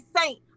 Saint